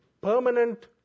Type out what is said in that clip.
permanent